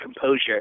composure